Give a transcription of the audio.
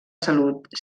salut